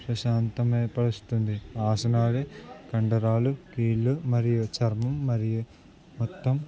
ప్రశాంతత ఏర్పరుస్తుంది ఆసనాలు కండరాలు కీళ్ళు మరియు చర్మం మరియు మొత్తం